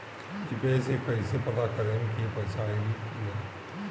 UPI से कईसे पता करेम की पैसा आइल की ना?